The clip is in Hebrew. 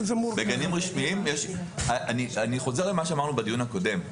אני חוזר על מה שאמרנו בדיון הקודם.